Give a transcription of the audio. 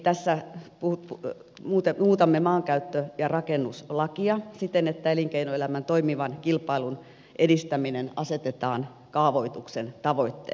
tässä muutamme maankäyttö ja rakennuslakia siten että elinkeinoelämän toimivan kilpailun edistäminen asetetaan kaavoituksen tavoitteeksi